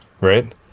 right